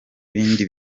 bindi